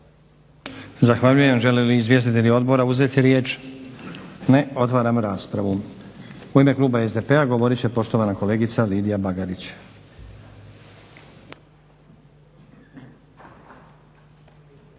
Zahvaljujem. Žele li izvjestitelji odbora uzeti riječ? Ne. Otvaram raspravu. U ime kluba SDP-a govorit će poštovana kolegica Lidija Bagarić.